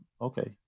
Okay